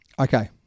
Okay